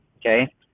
Okay